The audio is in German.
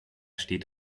steht